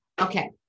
Okay